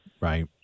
right